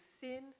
sin